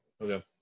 Okay